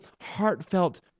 heartfelt